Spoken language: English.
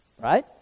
right